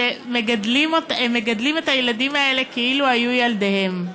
ומגדלות את הילדים האלה כאילו היו ילדיהן.